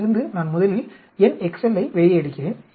இதில் இருந்து நான் முதலில் என் எக்செல்லை வெளியே எடுக்கிறேன்